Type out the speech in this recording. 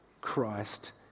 Christ